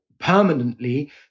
permanently